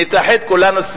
נתאחד כולנו,